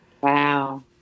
Wow